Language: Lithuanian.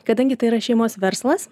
kadangi tai yra šeimos verslas